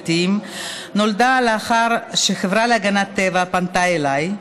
נולדה לאחר שהחברה להגנת הטבע פנתה אליי,